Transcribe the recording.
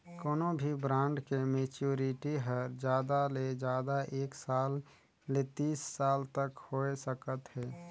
कोनो भी ब्रांड के मैच्योरिटी हर जादा ले जादा एक साल ले तीस साल तक होए सकत हे